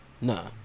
Nah